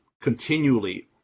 continually